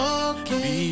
okay